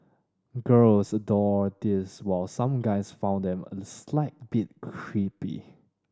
girls adored these while some guys found them a slight bit creepy